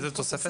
איזו תוספת?